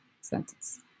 sentence